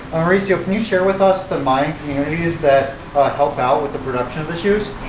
mauricio can you share with us the mayan communities that help out with the production of the shoes?